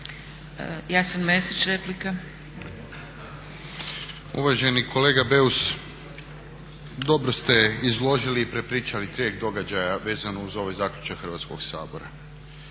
Jasen (HDZ)** Uvaženi kolega Beus dobro ste izložili i prepričali tijek događaja vezano uz ovaj zaključak Hrvatskog sabora.